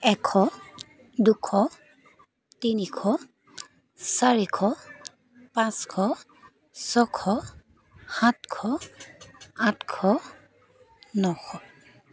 এশ দুশ তিনিশ চাৰিশ পাঁচশ ছয়শ সাতশ আঠশ নশ